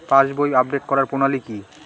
পাসবই update করার প্রণালী কি?